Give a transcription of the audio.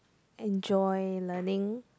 enjoy learning